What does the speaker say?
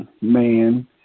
man